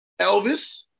Elvis